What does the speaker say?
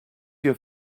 your